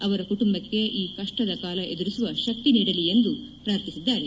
ಅವರ ಕುಟುಂಬಕ್ಕೆ ಈ ಕಷ್ನದ ಕಾಲ ಎದುರಿಸುವ ಶಕ್ತಿ ನೀಡಲಿ ಎಂದು ಪ್ರಾರ್ಥಿಸಿದ್ದಾರೆ